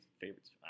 favorites